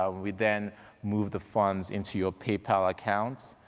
um we then move the funds into your paypal account,